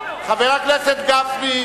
חבר הכנסת גפני,